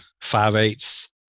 five-eighths